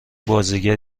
بازیگر